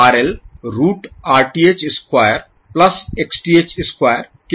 RL root Rth square plus Xth square के बराबर होगा